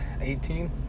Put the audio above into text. Eighteen